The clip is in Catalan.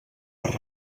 per